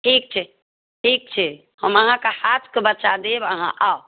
ठीक छै ठीक छै हम अहाँके हाथकेँ बच्चा देब अहाँ आउ